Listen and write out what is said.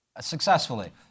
successfully